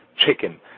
chicken